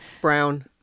Brown-